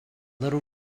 little